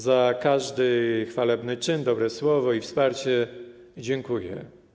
Za każdy chwalebny czyn, dobre słowo i wsparcie dziękuję.